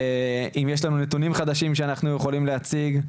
האם יש לנו נתונים חדשים שאנחנו יכולים להציג.